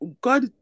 God